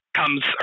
comes